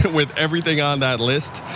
with everything on that list.